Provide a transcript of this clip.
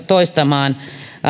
toistamaan